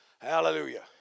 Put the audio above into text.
Hallelujah